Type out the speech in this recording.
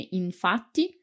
infatti